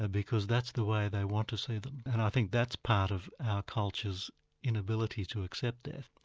ah because that's the way they want to see them. and i think that's part of our culture's inability to accept death.